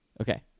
Okay